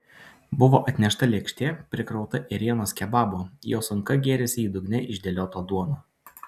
buvo atnešta lėkštė prikrauta ėrienos kebabo jo sunka gėrėsi į dugne išdėliotą duoną